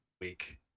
week